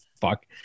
fuck